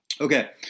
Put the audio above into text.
Okay